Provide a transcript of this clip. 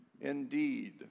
Indeed